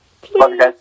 Please